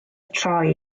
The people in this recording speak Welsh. troi